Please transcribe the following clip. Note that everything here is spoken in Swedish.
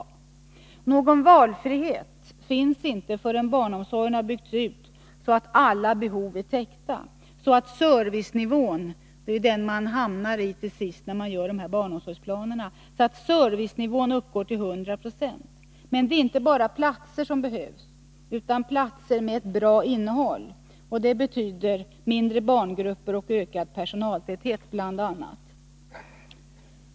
Men någon valfrihet finns inte, förrän barnomsorgen har byggts ut så att alla behov är täckta och så att servicenivån —den som man hamnar i till sist, när man gör upp dessa barnomsorgsplaner — uppgår till 100 96. Men det räcker inte med platser. Det behövs också platser med ett bra innehåll. Det betyder mindre barngrupper och ökad personaltäthet bl.a.